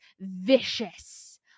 Vicious